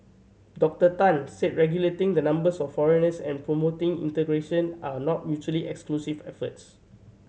Doctor Tan said regulating the numbers of foreigners and promoting integration are not mutually exclusive efforts